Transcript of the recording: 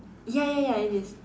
ya ya ya it is